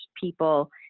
people